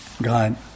God